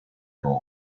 mans